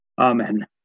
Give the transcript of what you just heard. Amen